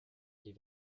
les